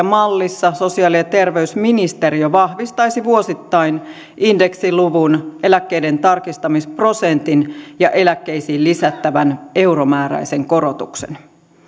mallissa sosiaali ja terveysministeriö vahvistaisi vuosittain indeksiluvun eläkkeiden tarkistamisprosentin ja eläkkeisiin lisättävän euromääräisen korotuksen